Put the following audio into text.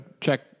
check